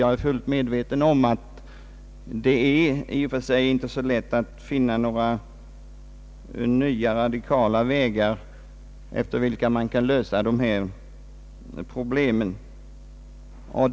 Jag är full medveten om att det inte är så lätt att finna några nya radikala grepp att lösa dessa problem med.